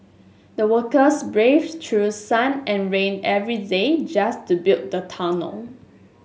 the workers braved through sun and rain every day just to build the tunnel